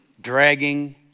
dragging